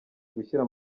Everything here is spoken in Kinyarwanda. gushyira